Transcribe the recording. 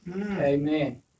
Amen